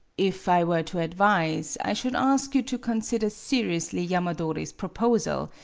if i were to advise, i should ask you to consider seriously yamadori's proposal,